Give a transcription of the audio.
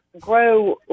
grow